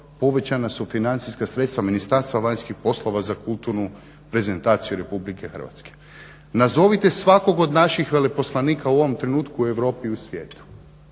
povećana su financijska sredstva Ministarstva vanjskih poslova za kulturnu prezentaciju RH. Nazovite svakog od naših veleposlanika u ovom trenutku u Europi i u svijetu,